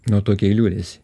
nu tokia į liūdesį